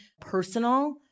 personal